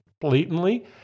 blatantly